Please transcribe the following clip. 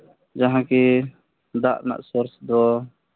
ᱡᱟᱦᱟᱸ ᱠᱤ ᱫᱟᱜ ᱨᱮᱱᱟᱜ ᱥᱳᱨᱥ ᱫᱚ